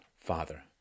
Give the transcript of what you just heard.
father